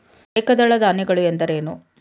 ಏಕದಳ ಧಾನ್ಯಗಳು ಎಂದರೇನು?